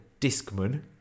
Discman